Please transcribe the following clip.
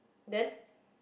then